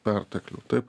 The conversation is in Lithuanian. perteklių taip